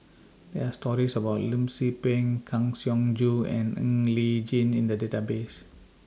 There Are stories about Lim Tze Peng Kang Siong Joo and Ng Li Chin in The Database